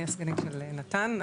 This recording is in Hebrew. אני הסגנית של נתן אלנתן,